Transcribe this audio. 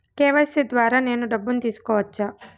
KYC ద్వారా నేను డబ్బును తీసుకోవచ్చా?